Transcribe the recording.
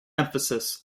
emphasis